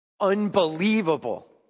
unbelievable